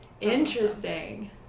Interesting